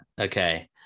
okay